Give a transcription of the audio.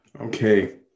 Okay